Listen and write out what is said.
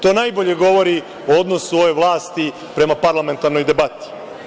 To najbolje govori o odnosu ove vlasti prema parlamentarnoj debati.